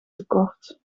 tekort